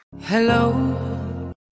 Hello